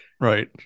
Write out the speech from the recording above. Right